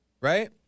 right